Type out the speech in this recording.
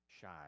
shy